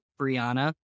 Brianna